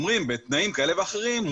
הם אומרים בתנאים כאלה ואחרים,